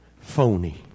phony